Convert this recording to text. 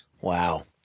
Wow